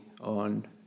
on